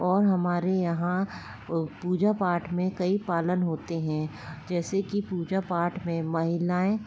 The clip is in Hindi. और हमारे यहाँ पूजा पाठ में कई पालन होते हैं जैसे की पूजा पाठ में महिलाएँ